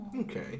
Okay